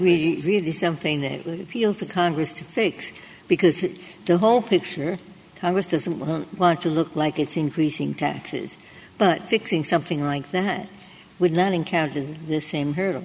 really really something that really appealed to congress to fake because the whole picture congress doesn't want to look like it's increasing taxes but fixing something like that would not encountered this same he